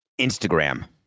Instagram